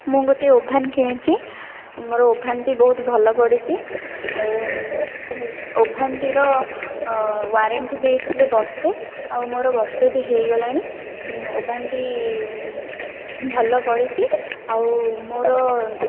ମୁଁ ଗୋଟେ ଓଭାନ କିଣିଛି ମୋର ଓଭାନଟି ବହୁତ ଭଲ ପଡ଼ିଛି ଆଉ ଓଭାନଟିର ୱାରେଣ୍ଟି ଦେଇଥିଲେ ବର୍ଷେ ଆଉ ମୋର ବର୍ଷେ ବି ହେଇଗଲାଣି ଓଭାନଟି ଭଲ ପଡ଼ିଛି ଆଉ ମୋର